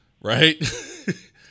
Right